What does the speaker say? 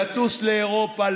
לטוס לאירופה,